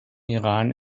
iran